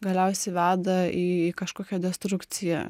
galiausiai veda į kažkokią destrukciją